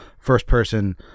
first-person